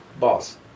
boss